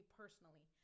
personally